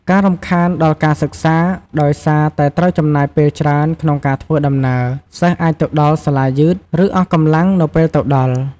ការរំខានដល់ការសិក្សា ដោយសារតែត្រូវចំណាយពេលច្រើនក្នុងការធ្វើដំណើរ សិស្សអាចទៅដល់សាលាយឺត ឬអស់កម្លាំងនៅពេលទៅដល់។